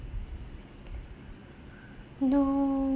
no